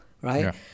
right